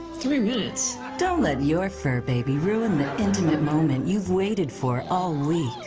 three minutes? don't let your fur baby ruin the intimate moment you've waited for all week.